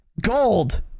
gold